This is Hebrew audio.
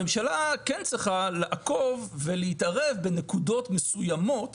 הממשלה כן צריכה לעקוב ולהתערב בנקודות מסוימות